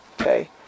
okay